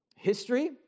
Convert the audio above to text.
History